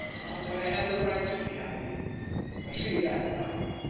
not that i had the right to be happy i see that now.